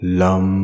lum